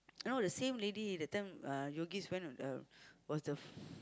you know the same lady that time uh went uh was the